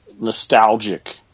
nostalgic